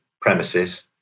premises